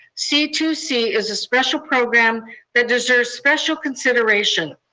c two c is a special program that deserves special consideration.